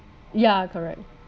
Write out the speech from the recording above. yeah correct